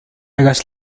hagas